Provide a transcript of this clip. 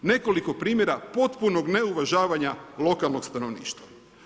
Nekoliko primjera potpunog neuvažavanja lokalnog stanovništva.